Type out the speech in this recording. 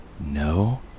No